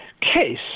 case